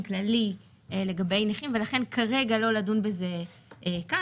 כללי לגבי נכים ולכן כרגע לא לדון בזה כאן,